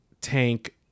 tank